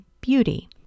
beauty